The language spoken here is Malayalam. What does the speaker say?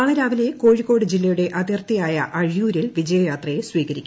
നാളെ രാവിലെ കോഴിക്കോട് ജില്ലയുടെ അതിർത്തിയായ അഴിയൂരിൽ വിജയ യാത്രയെ സ്വീകരിക്കും